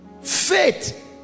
Faith